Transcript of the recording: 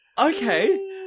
okay